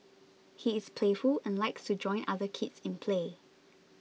he is playful and likes to join other kids in play